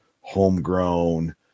homegrown